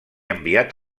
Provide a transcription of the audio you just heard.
enviat